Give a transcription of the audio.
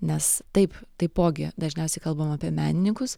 nes taip taipogi dažniausiai kalbam apie menininkus